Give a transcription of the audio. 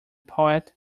poet